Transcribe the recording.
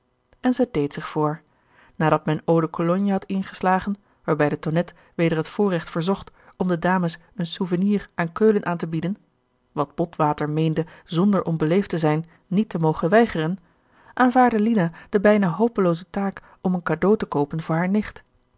van mevrouw de tonnette ingeslagen waarbij de tonnette weder het voorrecht verzocht om de dames een souvenir aan keulen aan te bieden wat botwater meende zonder onbeleefd te zijn niet te mogen weigeren aanvaardde lina de bijna hopelooze taak om een cadeau te koopen voor hare nicht